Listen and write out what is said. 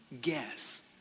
guess